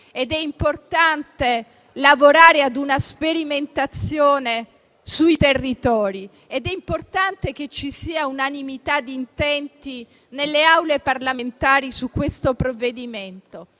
È importante lavorare a una sperimentazione sui territori. È importante che ci sia unanimità di intenti nelle Aule parlamentari su questo provvedimento.